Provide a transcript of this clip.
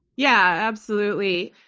yeah. absolutely.